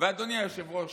אדוני היושב-ראש,